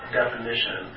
definition